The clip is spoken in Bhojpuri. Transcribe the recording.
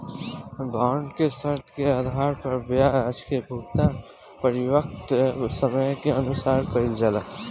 बॉन्ड के शर्त के आधार पर ब्याज के भुगतान परिपक्वता समय के अनुसार कईल जाला